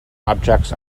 objects